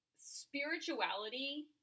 spirituality